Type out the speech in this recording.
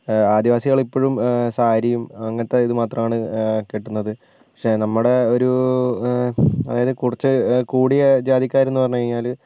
ആദിവാസികൾ ഇപ്പോഴും സാരിയും അങ്ങനത്തെ ഇത് മാത്രമാണ് കെട്ടുന്നത് പക്ഷേ നമ്മുടെ ഒരു അതായത് കുറച്ച് കൂടിയ ജാതിക്കാർ എന്ന് പറഞ്ഞു കഴിഞ്ഞാൽ